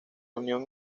unión